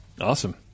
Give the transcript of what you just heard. Awesome